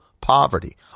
poverty